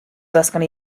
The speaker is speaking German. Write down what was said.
unser